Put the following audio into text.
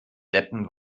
deppen